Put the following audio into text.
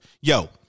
Yo